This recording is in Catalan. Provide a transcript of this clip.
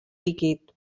líquid